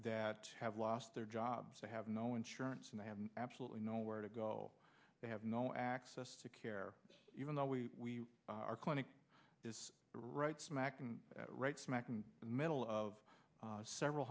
that have lost their jobs they have no insurance they have absolutely nowhere to go they have no access to care even though we our clinic is right smack right smack in the middle of several